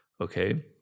okay